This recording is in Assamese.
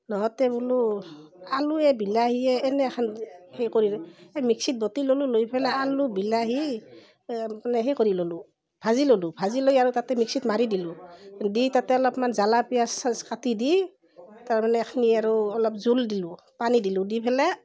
নহওতে বোলো আলুৱে বিলাহীয়ে এনে এখন সেই কৰিলোঁ মিক্সিত বটি ল'লো লৈ পেলাই আলু বিলাহী এই সেই কৰি ল'লোঁ ভাজি ল'লোঁ ভাজি লৈ আৰু তাতে মিক্সিত মাৰি দিলোঁ দি তাতে অলপমান জ্বলা পিঁয়াজ চিয়াজ কাটি দি তাৰমানে এইখিনি আৰু অলপ জোল দিলোঁ পানী দিলোঁ দি ফেলে